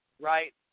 right